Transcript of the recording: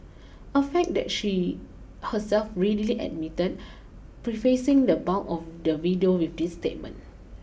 a fact that she herself readily admitted prefacing the bulk of the video with this statement